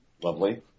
lovely